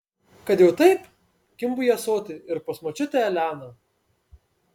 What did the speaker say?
kad jau taip kimbu į ąsotį ir pas močiutę eleną